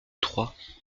trois